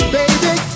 baby